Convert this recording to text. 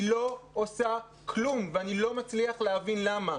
היא לא עושה כלום ואני לא מצליח להבין למה.